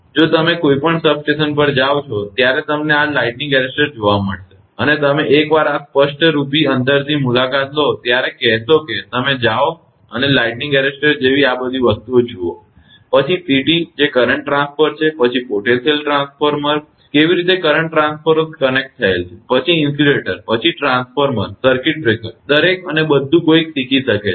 જો તમે કોઈપણ સબસ્ટેશન પર જાઓ છો ત્યારે તમને આ લાઈટનિંગ એરેસ્ટર જોવા મળશે અને તમે એક વાર આ સ્પષ્ટરૂપે અંતરથી મુલાકાત લો ત્યારે કહેશો કે તમે જાઓ અને લાઈટનિંગ એરેસ્ટર્સ જેવી આ બધી વસ્તુઓ જુઓ પછી CT જે કરંટ ટ્રાન્સફોર્મર છે પછી પોટેન્શિયલ ટ્રાન્સફોર્મર્સ કેવી રીતે કરંટ ટ્રાન્સફોર્મર્સ કનેક્ટ થયેલ છે પછી ઇન્સ્યુલેટર પછી ટ્રાન્સફોર્મર સર્કિટ બ્રેકર્સ દરેક અને બધુ કોઇ શીખી શકે છે